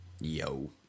Yo